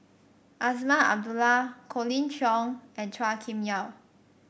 Azman Abdullah Colin Cheong and Chua Kim Yeow